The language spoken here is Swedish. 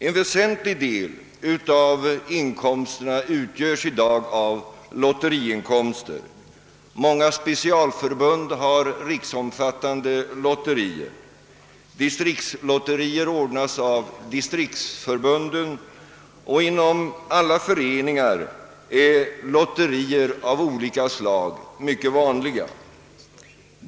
En väsentlig del av inkomsterna utgöres i dag av lotteriinkomster. Många specialförbund har riksomfattande lotterier. Distriktslotterier ordnas av distriktsförbunden, och inom alla föreningar är lotterier av olika slag mycket vanliga.